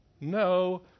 no